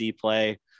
play